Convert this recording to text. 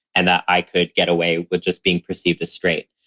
and that i could get away with just being perceived as straight.